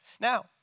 Now